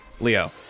Leo